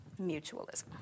Mutualism